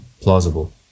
plausible